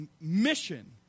mission